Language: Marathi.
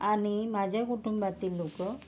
आणि माझ्या कुटुंबातील लोक